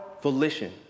volition